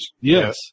Yes